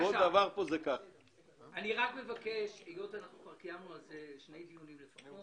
בפני הוועדה המייעצת יש שיקולים נוספים,